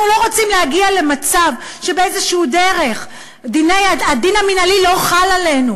אנחנו לא רוצים להגיע למצב שבאיזושהי דרך הדין המינהלי לא חל עלינו.